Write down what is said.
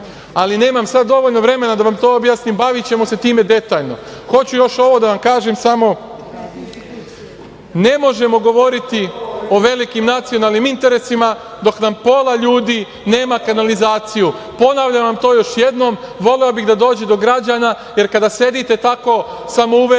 ali nemam sada dovoljno vremena da vam to objasnim, bavićemo se time detaljno. Hoću još ovo da vam kažem samo, ne možemo govoriti o velikim nacionalnim interesima dok nam pola ljudi nema kanalizaciju, ponavljam to još jednom, voleo bih da dođe do građana, jer kada sedite tako samouvereni